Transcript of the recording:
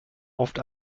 oft